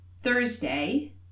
Thursday